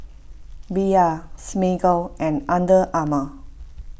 Bia Smiggle and Under Armour